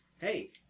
Hey